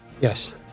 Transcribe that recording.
Yes